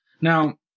now